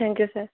thank you sir